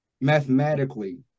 mathematically